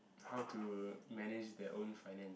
how to manage their own finance